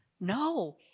No